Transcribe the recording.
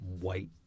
white